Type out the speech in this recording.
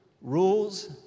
Rules